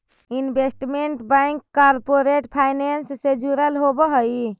investment bank corporate finance से जुड़ल होवऽ हइ